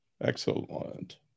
Excellent